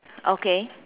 okay